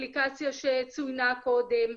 אפליקציה שצוינה קודם,